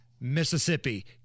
Mississippi